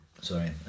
Sorry